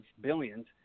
billions